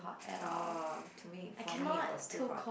orh to me for me it was too hot